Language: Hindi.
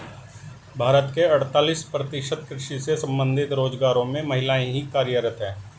भारत के अड़तालीस प्रतिशत कृषि से संबंधित रोजगारों में महिलाएं ही कार्यरत हैं